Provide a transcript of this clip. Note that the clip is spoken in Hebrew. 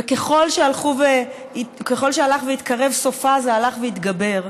וככל שהלך והתקרב סופה זה הלך והתגבר,